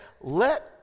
let